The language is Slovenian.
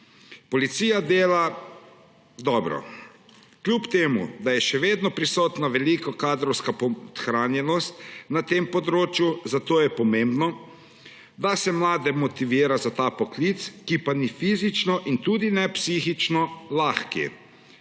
Policija dela dobro, kljub temu da je še vedno prisotna velika kadrovska podhranjenost na tem področju, zato je pomembno, da se mlade motivira za ta poklic, ki pa ni fizično in tudi ne psihično lahek.